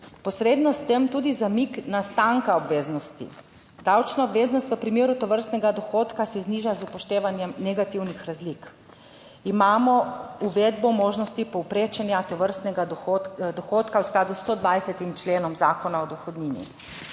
posredno s tem tudi zamik nastanka obveznosti, davčna obveznost v primeru tovrstnega dohodka se zniža z upoštevanjem negativnih razlik. Imamo uvedbo možnosti povprečenja tovrstnega dohodka v skladu s 120. členom Zakona o dohodnini.